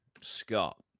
Scott